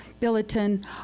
Billiton